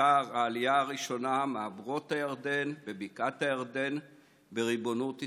אתר העלייה הראשונה מעברות הירדן בבקעת הירדן בריבונות ישראלית.